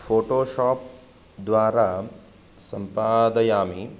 Photoshop द्वारा सम्पादयामि